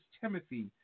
Timothy